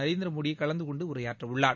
நரேந்திரமோடி கலந்துகொண்டு உரையாற்ற உள்ளார்